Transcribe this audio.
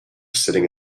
sitting